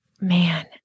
man